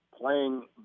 playing